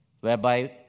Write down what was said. whereby